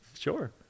sure